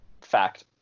Fact